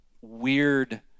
weird